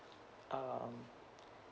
um